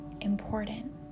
important